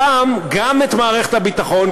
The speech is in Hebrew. הפעם גם את מערכת הביטחון,